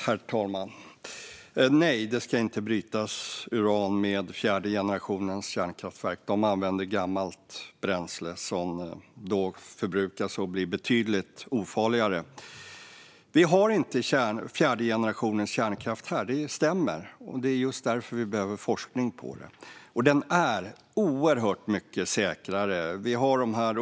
Herr talman! Nej, det ska inte brytas uran med fjärde generationens kärnkraftverk. De använder gammalt bränsle som då förbrukas och blir betydligt ofarligare. Det stämmer att vi inte har fjärde generationens kärnkraft här. Det är just därför vi behöver forskning om den. Och den är oerhört mycket säkrare.